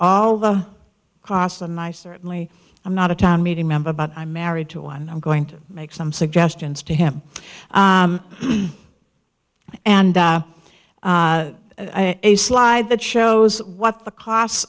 all the costs and i certainly i'm not a town meeting member but i married to one i'm going to make some suggestions to him and a slide that shows what the costs